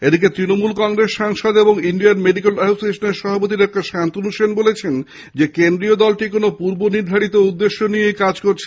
এদিকে তৃণমূল কংগ্রেস সাংসদ ও ইন্ডিয়ান মেডিক্যাল অ্যাসোসিয়েশনের সভাপতি ডাঃ শান্তনু সেন বলেছেন কেন্দ্রীয় দলটি কোন পূর্ব নির্ধারিত উদ্দেশ্য নিয়ে কাজ করছে